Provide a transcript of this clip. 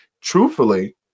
Truthfully